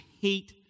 hate